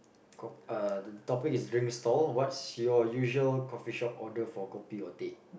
co~ uh the topic is drink stall what's your usual coffee shop order for kopi or teh